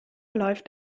läuft